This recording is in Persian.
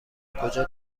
کجا